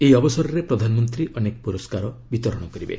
ଏହି ଅବସରରେ ପ୍ରଧାନମନ୍ତ୍ରୀ ଅନେକ ପୁରସ୍କାର ପ୍ରଦାନ କରିବେ